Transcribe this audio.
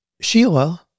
Sheila